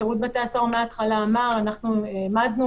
שירות בתי הסוהר מההתחלה אמר אנחנו העמדנו